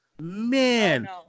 man